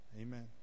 Amen